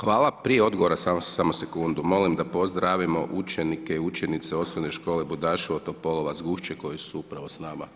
Hvala, prije odgovora samo sekundu, molim da pozdravimo učenike i učenice Osnovne škole Budaševo Topolovac Gušće koji su upravo s nama.